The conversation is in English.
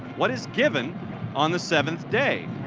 what is given on the seventh day?